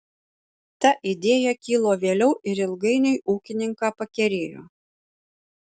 ta idėja kilo vėliau ir ilgainiui ūkininką pakerėjo